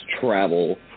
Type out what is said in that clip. travel